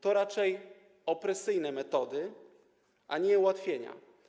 To raczej opresyjne metody, a nie ułatwienia.